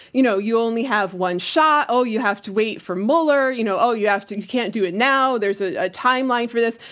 you know you only have one shot. oh, you have to wait for mueller. you know oh, you have to, you can't do it now. there's a ah timeline for this.